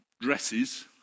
dresses